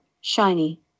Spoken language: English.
shiny